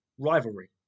rivalry